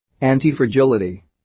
Anti-fragility